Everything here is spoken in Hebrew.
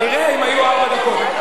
נראה אם היו ארבע דקות.